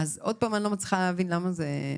אז עוד פעם אני לא מצליחה להבין למה זה בעייתי.